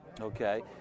Okay